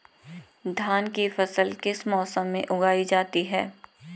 धान की फसल किस मौसम में उगाई जाती है?